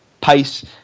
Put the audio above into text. pace